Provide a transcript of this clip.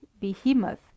behemoth